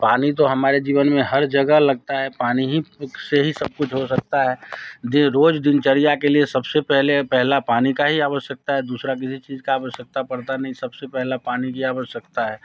पानी तो हमारे जीवन में हर जगह लगता है पानी ही से ही सब कुछ हो सकता है दिन रोज़ दिनचर्या के लिए सबसे पहले पहला पानी का ही आवश्यकता है दूसरा किसी चीज़ का आवश्यकता पड़ता नहीं सबसे पहला पानी की आवश्यकता है